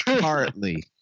partly